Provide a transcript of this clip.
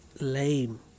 lame